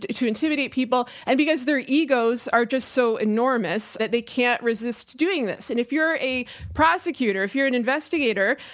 to to intimidate people and because their egos are just so enormous that they can't resist doing this. and if you're a prosecutor, if you're an investigator,